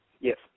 Yes